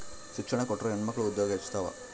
ಶಿಕ್ಷಣ ಕೊಟ್ರ ಹೆಣ್ಮಕ್ಳು ಉದ್ಯೋಗ ಹೆಚ್ಚುತಾವ